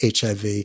hiv